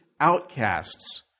outcasts